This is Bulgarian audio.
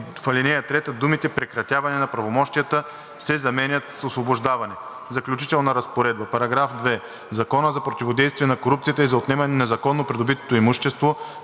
В ал. 3 думите „прекратяване на правомощията“ се заменят с „освобождаване“. Заключителна разпоредба § 2. В Закона за противодействие на корупцията и за отнемане на незаконно придобитото имущество